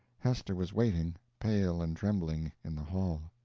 hester was waiting, pale and trembling, in the hall.